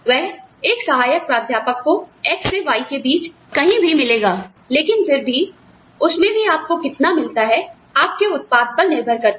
वह एक सहायक प्राध्यापक को X से Y के बीच कहीं भी मिलेगा लेकिन फिर उसमें भी आपको कितना मिलता है आपके उत्पाद पर निर्भर करता है